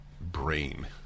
brain